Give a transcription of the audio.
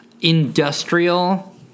Industrial